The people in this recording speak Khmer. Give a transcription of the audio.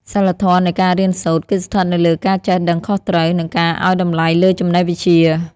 សីលធម៌នៃការរៀនសូត្រ គឺស្ថិតនៅលើការចេះដឹងខុសត្រូវ និងការឱ្យតម្លៃលើចំណេះវិជ្ជា។